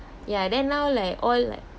ya then now like all like